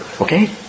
okay